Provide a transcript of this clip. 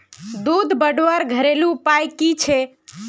दूध बढ़वार घरेलू उपाय की छे?